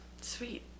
Sweet